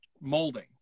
molding